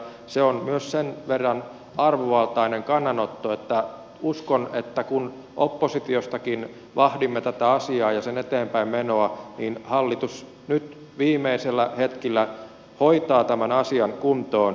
se on myös sen verran arvovaltainen kannanotto että uskon että kun oppositiostakin vahdimme tätä asiaa ja sen eteenpäinmenoa niin hallitus nyt viimeisillä hetkillä hoitaa tämän asian kuntoon